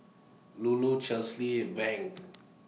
Lulu Chesley and Vaughn